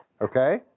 Okay